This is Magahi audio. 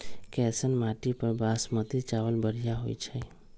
कैसन माटी पर बासमती चावल बढ़िया होई छई?